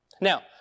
Now